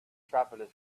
travelers